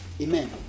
Amen